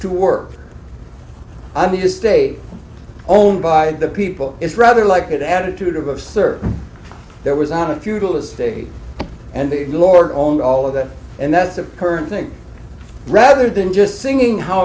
to work on the estate owned by the people is rather like an attitude of of certain there was on a feudal estate and the lord owned all of that and that's a current thing rather than just singing how